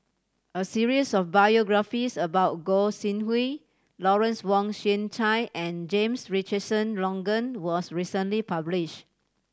a series of biographies about Gog Sing Hooi Lawrence Wong Shyun Tsai and James Richardson Logan was recently published